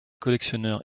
collectionneurs